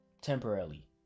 temporarily